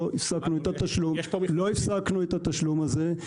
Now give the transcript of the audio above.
לא הפסקנו את התשלום הזה.